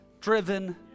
driven